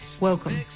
welcome